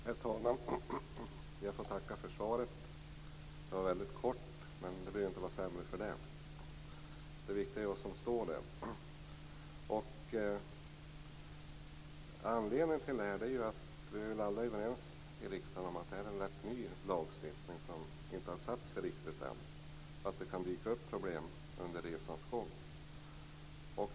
Herr talman! Jag får tacka för svaret. Det var mycket kort, men det behöver inte vara sämre för det. Det viktiga är vad som står där. Anledningen till interpellationen är att vi väl alla i riksdagen är överens om att eftersom den här lagstiftningen är rätt ny har den inte satt sig riktigt ännu. Det kan dyka upp problem under resans gång.